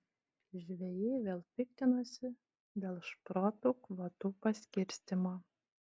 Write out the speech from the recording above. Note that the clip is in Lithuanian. žvejai vėl piktinasi dėl šprotų kvotų paskirstymo